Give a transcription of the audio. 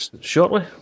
shortly